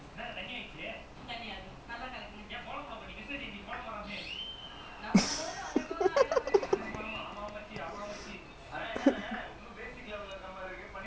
he say [what] free fries then get free then get one dollar Coke then buy Mc chicken and get one dollar Coke !wah! he so பிச்சக்கார:pichakkaara until like that eh just by a meal lah even McDonald's he being கஞ்சன்:kanjan for